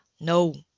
No